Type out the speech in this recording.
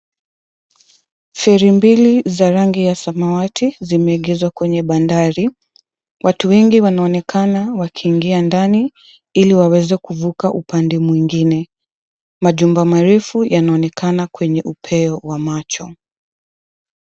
Feri mbili za rangi ya samawati zimegezwa kwenye bandari. Watu wengi wanaonekana wakiingia ndani ili waweze kuvuka upande mwingine. Majumba marefu yanaonekana kwenye upeo wa macho.